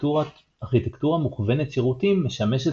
ארכיטקטורה מוכוונת שירותים משמשת